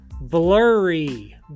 blurry